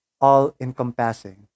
all-encompassing